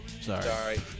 sorry